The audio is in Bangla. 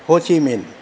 হো চি মিন